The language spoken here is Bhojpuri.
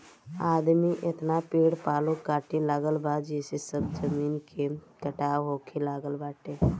आदमी एतना पेड़ पालो काटे लागल बा जेसे सब जमीन के कटाव होखे लागल बाटे